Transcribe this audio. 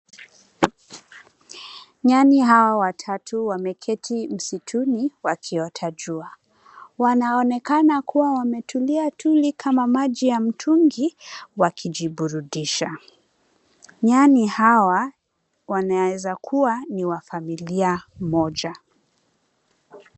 Nyani hawa watatu wameketi msituni wakiota jua, wanaonekana kuwa wametulia tuli kama maji ya mtungi wakijiburudisha. Nyani hawa wanaeza kuwa ni wa familia moja.